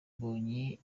mbonye